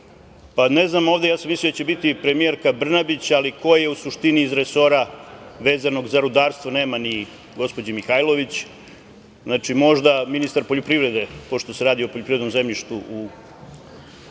Ne znam, ja sam mislio da će ovde biti i premijerka Brnabić, ali ko je u suštini iz resora vezanog za rudarstvo, nema ni gospođe Mihajlović. Znači, možda ministar poljoprivrede, pošto se radi o poljoprivrednom zemljištu u dolini.